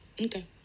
Okay